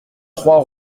trois